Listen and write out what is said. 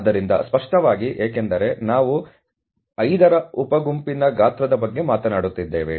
ಆದ್ದರಿಂದ ಸ್ಪಷ್ಟವಾಗಿ ಏಕೆಂದರೆ ನಾವು 5 ರ ಉಪ ಗುಂಪಿನ ಗಾತ್ರದ ಬಗ್ಗೆ ಮಾತನಾಡುತ್ತಿದ್ದೇವೆ